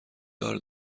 دار